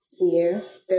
Yes